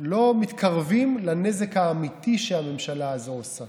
לא מתקרבים לנזק האמיתי שהממשלה הזו עושה,